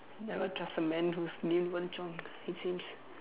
never trust a man whose named Wen Zhong it seems